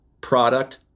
product